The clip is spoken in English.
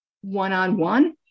one-on-one